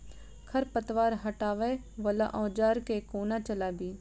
खरपतवार हटावय वला औजार केँ कोना चलाबी?